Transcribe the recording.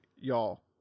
Y'all